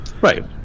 Right